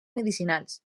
medicinals